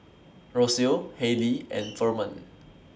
Rocio Hailee and Ferman